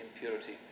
impurity